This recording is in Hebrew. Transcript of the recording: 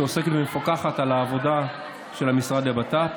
שעוסקת ומפקחת על העבודה של המשרד לבט"פ.